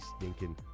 stinking